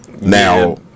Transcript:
Now